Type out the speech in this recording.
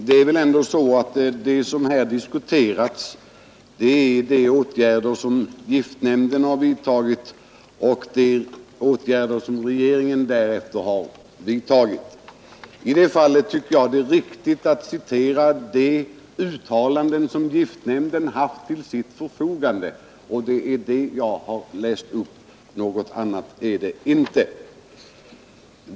Herr talman! Det som här diskuterats är de åtgärder som giftnämnden har vidtagit och de åtgärder som regeringen därefter har genomfört. Därför anser jag det är riktigt att citera de uttalanden som giftnämnden haft till sitt förfogande, och det är dem jag har läst upp. Något annat är det inte.